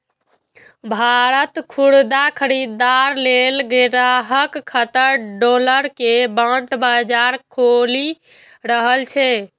भारत खुदरा खरीदार लेल ग्यारह खरब डॉलर के बांड बाजार खोलि रहल छै